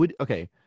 okay